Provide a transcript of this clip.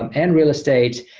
um and real estate,